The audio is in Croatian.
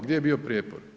Gdje je bio prijepor?